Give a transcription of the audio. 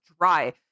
dry